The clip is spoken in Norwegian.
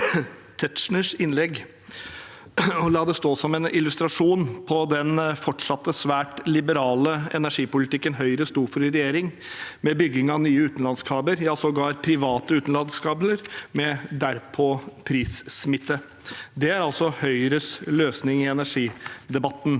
Tetzschners innlegg, og la det stå som en illustrasjon på den svært liberale energipolitikken Høyre sto for i regjering, med bygging av nye utenlandskabler, ja sågar private utenlandskabler, med derpå prissmitte. Det er altså Høyres løsning i energidebatten.